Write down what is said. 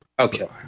Okay